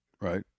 right